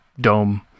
dome